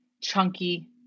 chunky